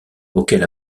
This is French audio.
auquel